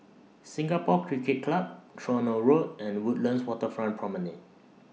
Singapore Cricket Club Tronoh Road and Woodlands Waterfront Promenade